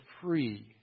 free